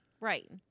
Right